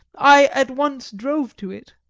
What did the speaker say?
i at once drove to it.